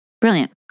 Brilliant